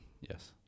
Yes